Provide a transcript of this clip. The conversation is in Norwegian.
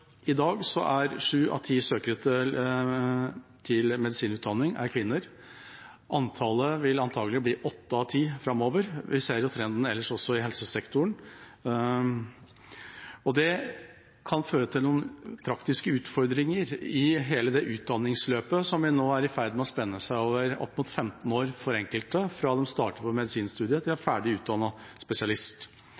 I dag er sju av ti søkere til medisinstudiet kvinner. Antallet vil antagelig bli åtte av ti framover. Vi ser trenden også ellers i helsesektoren. Det kan føre til noen praktiske utfordringer i hele utdanningsløpet, som nå er i ferd med å spenne over et tidsrom på opp mot 15 år for enkelte, fra de starter på medisinstudiet til